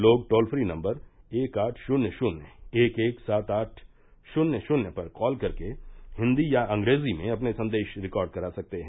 लोग toll free number एक आठ शून्य शून्य एक एक सात आठ शून्य शून्य पर कॉल करके हिन्दी या अंग्रेजी में अपने संदेश रिकॉर्ड करा सकते हैं